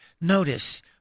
Notice